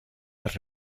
las